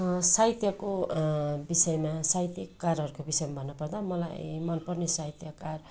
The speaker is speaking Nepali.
साहित्यको विषयमा साहित्यकारहरूको विषयमा भन्नुपर्दा मलाई मनपर्ने साहित्यकार